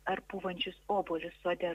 ar pūvančius obuolius sode